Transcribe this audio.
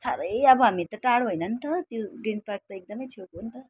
साह्रै अब हामी त टाढो होइन पनि त त्यो ग्रिन पार्क त एकदम छेउको हो नि त